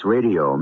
Radio